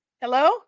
Hello